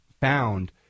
found